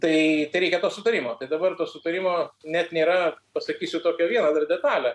tai tai reikia to sutarimo tai dabar to sutarimo net nėra pasakysiu tokią vieną dar detalę